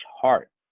heart